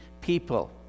people